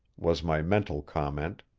was my mental comment.